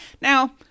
Now